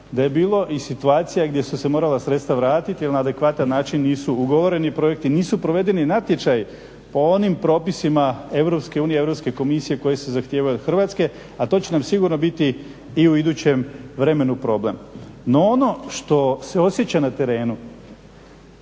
da je bilo situacija gdje su se morala sredstva vratiti jer na adekvatan način nisu ugovoreni projekti, nisu provedeni natječaji po onim propisima EU, Europske komisije koji se zahtijevaju od Hrvatske, a to će nam sigurno biti i u idućem vremenu problem. No ono što se osjeća na terenu